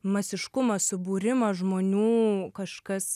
masiškumą subūrimas žmonių kažkas